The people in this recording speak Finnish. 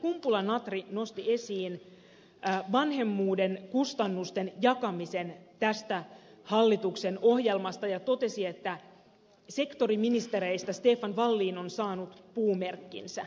kumpula natri nosti esiin vanhemmuuden kustannusten jakamisen tästä hallituksen ohjelmasta ja totesi että sektoriministereistä stefan wallin on saanut puumerkkinsä